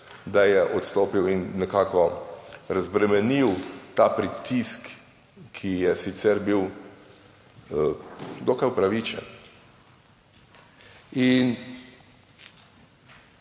da je odstopil in nekako razbremenil ta pritisk, ki je sicer bil dokaj upravičen. In